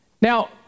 Now